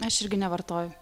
aš irgi nevartoju